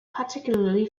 particularly